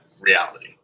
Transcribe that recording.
reality